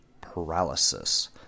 paralysis